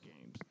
games